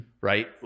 right